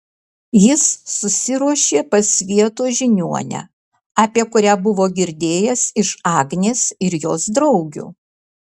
jis susiruošė pas vietos žiniuonę apie kurią buvo girdėjęs iš agnės ir jos draugių